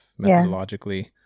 methodologically